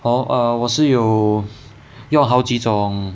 hor 我是有用好几种